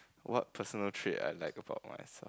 what personal trait I like about myself